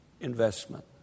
investment